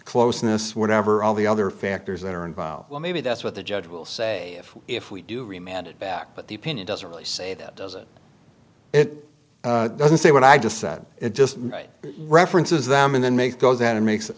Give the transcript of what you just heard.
closeness whatever all the other factors that are involved well maybe that's what the judge will say if we do remain at it back but the opinion doesn't really say that doesn't it doesn't say what i just said it just references them and then make goes out and makes it